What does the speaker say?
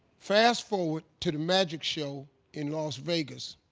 fast-forward to the magic show in las vegas,